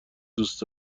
دوست